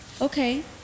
Okay